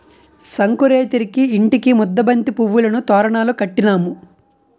సంకురేతిరికి ఇంటికి ముద్దబంతి పువ్వులను తోరణాలు కట్టినాము